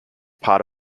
part